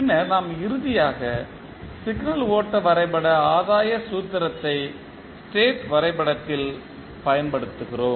பின்னர் நாம் இறுதியாக சிக்னல் ஓட்ட வரைபட ஆதாய சூத்திரத்தை ஸ்டேட் வரைபடத்தில் பயன்படுத்துகிறோம்